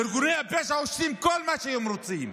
ארגוני הפשע עושים כל מה שהם רוצים.